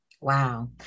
Wow